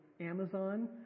Amazon